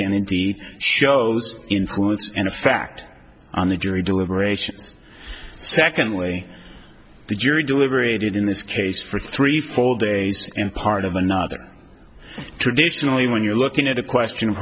the show's influence and a fact on the jury deliberations secondly the jury deliberated in this case for three full days and part of another traditionally when you're looking at a question of